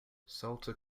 salter